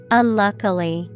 unluckily